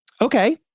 Okay